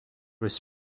was